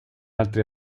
altri